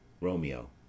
Romeo